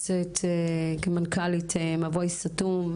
כמנכ"לית מבוי סתום,